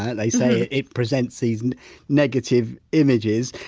they say it presents these and negative images.